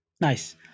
Nice